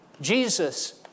Jesus